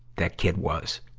that kid was.